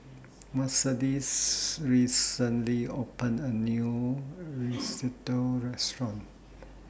Mercedes recently opened A New Risotto Restaurant